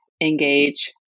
engage